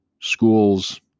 schools